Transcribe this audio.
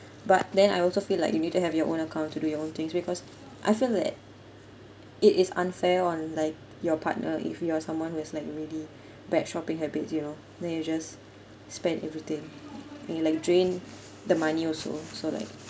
but then I also feel like you need to have your own account to do your own things because I feel that it is unfair on like your partner if you are someone who has like really bad shopping habits you know then you just spend everything I mean like drain the money also so like